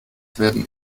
werden